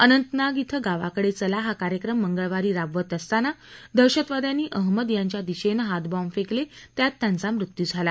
अनंतनाग धिं गावाकडे चला हा कार्यक्रम मंगळवारी राबवत असताना दहशतवाद्यांनी अहमद यांच्या दिशेने हातबॉम्ब फेकले त्यात त्यांचा मृत्यू झाला